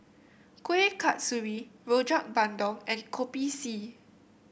Kuih Kasturi Rojak Bandung and Kopi C